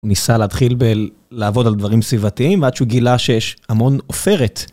הוא ניסה להתחיל הלעבוד על דברים סביבתיים ועד שהוא גילה שיש המון עופרת.